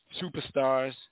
superstars